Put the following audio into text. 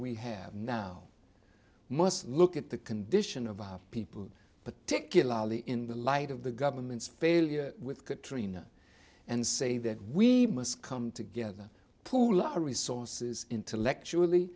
we have now must look at the condition of our people particularly in the light of the government's failure with katrina and say that we must come together pull our resources intellectually